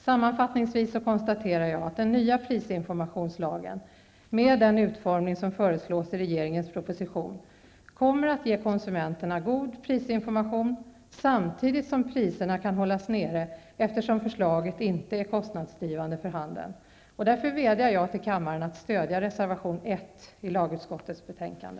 Sammanfattningsvis konstaterar jag att den nya prisinformationslagen med den utformning som föreslås i regeringens proposition kommer att ge konsumenterna god prisinformation samtidigt som priserna kan hållas nere, eftersom förslaget inte är kostnadsdrivande för handeln. Därför vädjar jag till kammaren att stödja reservation 1 i lagutskottets betänkande.